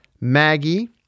Maggie